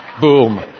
Boom